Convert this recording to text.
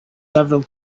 several